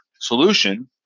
solution